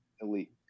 elite